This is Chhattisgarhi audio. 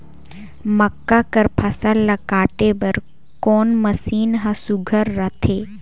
मक्का कर फसल ला काटे बर कोन मशीन ह सुघ्घर रथे?